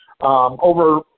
over